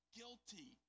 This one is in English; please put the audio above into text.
guilty